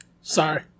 Sorry